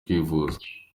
kwivuza